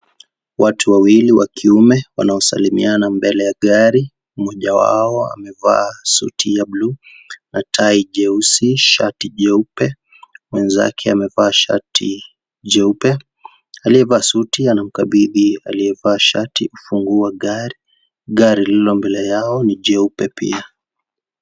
Watu wawili wa kiume wanaosalimiana mbele ya gari, mmoja wao amevaa suti ya blue na tai jeusi, shati jeupe. Mwenzake amevaa shati jeupe, aliyevaa suti anamkabidhi aliyevaa shati ufunguo wa gari, gari lililo mbele yao ni jeupe pia.